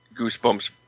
Goosebumps